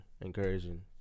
encouraging